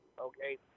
Okay